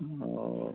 ओऽ